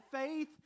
faith